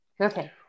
Okay